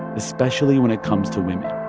especially when it comes to women.